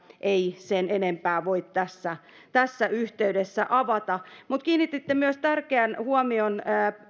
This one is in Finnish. ei vielä sen enempää voi tässä tässä yhteydessä avata mutta kiinnititte myös tärkeän huomion